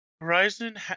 Horizon